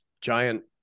giant